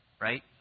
right